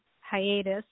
hiatus